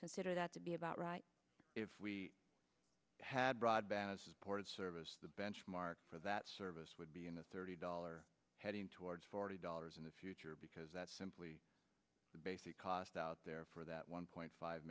consider that to be about right if we had broadband service the benchmark for that service would be in the thirty dollars heading towards forty dollars in the future because that's simply the basic cost out there for that one point five